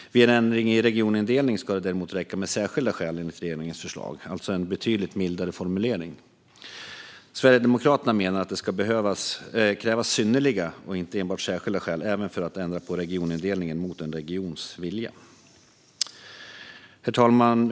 Vid en ändring i regionindelning ska det däremot räcka med särskilda skäl, enligt regeringens förslag, alltså en betydligt mildare formulering. Sverigedemokraterna menar att det ska krävas synnerliga och inte enbart särskilda skäl även för att ändra på regionindelningen mot en regions vilja. En ny beteckning för kommuner på regional nivå och vissa frågor om regionindelning Herr talman!